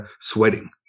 sweating